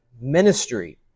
ministry